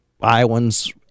Iowans